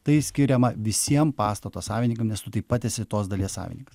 tai skiriama visiems pastato savininkam nes tu taip pat esi tos dalies savininkas